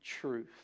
truth